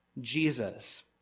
Jesus